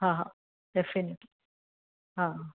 हां डेफिनेटली हा